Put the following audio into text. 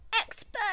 expert